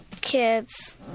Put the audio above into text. kids